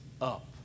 up